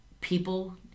people